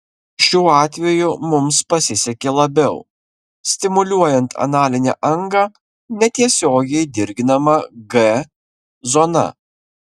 šiuo atveju mums pasisekė labiau stimuliuojant analinę angą netiesiogiai dirginama g zona